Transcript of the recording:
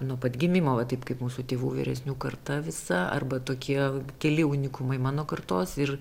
nuo pat gimimo va taip kaip mūsų tėvų vyresnių karta visa arba tokie keli unikumai mano kartos ir